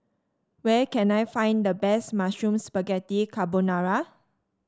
where can I find the best Mushroom Spaghetti Carbonara